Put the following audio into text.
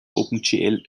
opengl